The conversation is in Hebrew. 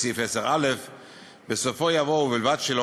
בסעיף 10א. בסופו יבוא: ובלבד שלא